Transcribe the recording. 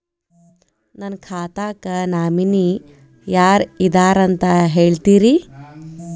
ನನ್ನ ಖಾತಾಕ್ಕ ನಾಮಿನಿ ಯಾರ ಇದಾರಂತ ಹೇಳತಿರಿ?